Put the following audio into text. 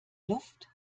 luft